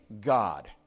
God